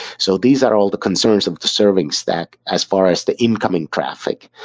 so these are all the concerns of the serving stack as far as the incoming traffic.